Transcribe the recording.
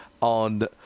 on